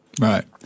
Right